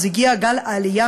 אז הגיע גל העלייה,